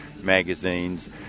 magazines